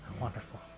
Wonderful